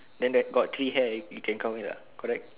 then that got three hair you can count it uh correct